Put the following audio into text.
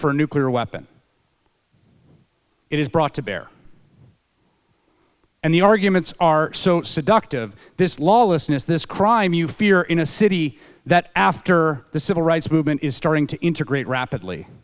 for a nuclear weapon it is brought to bear and the arguments are so seductive this lawlessness this crime you fear in a city that after the civil rights movement is starting to integrate rapidly